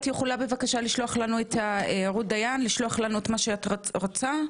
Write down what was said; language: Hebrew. אז תשלחי לנו בבקשה את מה שאת רוצה,